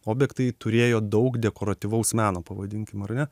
objektai turėjo daug dekoratyvaus meno pavadinkim ar ne